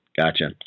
gotcha